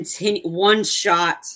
one-shot